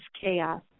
chaos